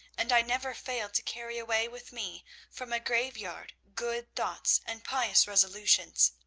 and i never fail to carry away with me from a graveyard good thoughts and pious resolutions.